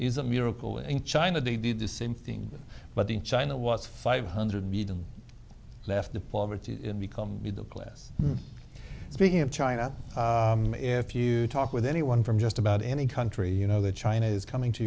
is a miracle in china they did the same thing but in china was five hundred beat them left the poverty become middle class speaking in china if you talk with anyone from just about any country you know the chinese coming to